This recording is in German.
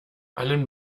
allen